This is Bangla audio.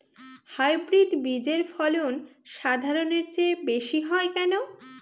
হাইব্রিড বীজের ফলন সাধারণের চেয়ে বেশী হয় কেনো?